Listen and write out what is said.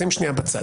שים שנייה בצד.